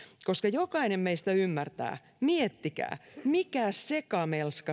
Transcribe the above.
koska jokainen meistä ymmärtää tämän miettikää mikä sekamelska